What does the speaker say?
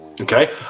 okay